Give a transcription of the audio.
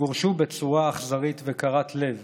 וגורשו בצורה אכזרית וקרת לב